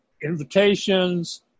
invitations